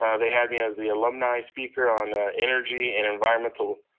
um they had me as the alumni speaker on energy and environmental